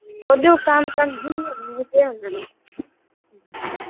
छोडिदिऊँ काम साम जाऊँ न घुम्नु केही हुँदैन